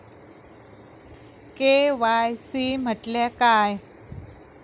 KYC म्हटल्या काय?